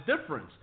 difference